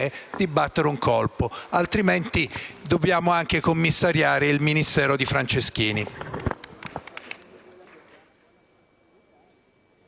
di battere un colpo; altrimenti dobbiamo commissariare anche il Ministero di Franceschini.